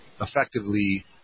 effectively